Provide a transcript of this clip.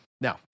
Now